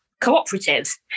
cooperative